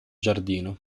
giardino